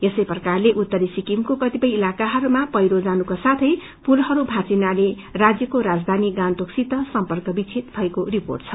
यसै प्रकारले उत्तरी सिकिमको क्रतिपय इताकाहरूमा पैह्रो जानुका साथै पुतहरू भौँचिनाले राज्यको राजधानी गान्तोकसित सम्पक विच्छेद भएको रिपोट छ